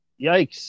yikes